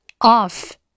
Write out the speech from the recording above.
off